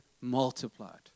multiplied